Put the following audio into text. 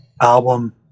album